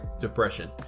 Depression